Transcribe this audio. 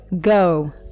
go